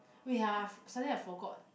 wait ah suddenly I forgot